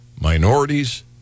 minorities